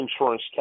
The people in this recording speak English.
insurance